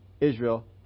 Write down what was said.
Israel